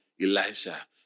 Elijah